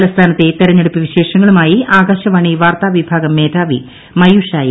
തലസ്ഥാനത്തെ തെരഞ്ഞെടുപ്പ് വിശേഷങ്ങളുമായി ആകാശവാണി വാർത്താ വിഭാഗം മേധാവി മയൂഷ എ